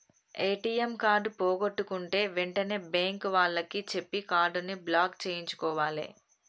ATM card పోగొట్టుకుంటే వెంటనే bank వాళ్లకి చెప్పి కార్డుని బ్లాక్ చేయించుకోవాలే